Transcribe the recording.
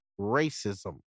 racism